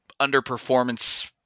underperformance